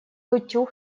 утюг